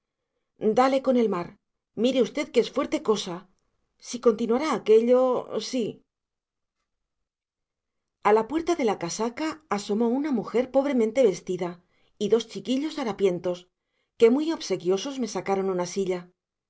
dale con el mar mire usted que es fuerte cosa si continuará aquello si a la puerta de la casaca asomó una mujer pobremente vestida y dos chiquillos harapientos que muy obsequiosos me sacaron una silla